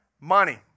Money